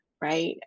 right